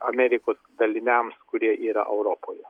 amerikos daliniams kurie yra europoje